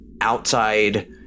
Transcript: outside